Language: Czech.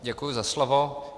Děkuji za slovo.